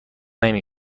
نمی